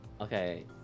Okay